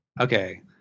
Okay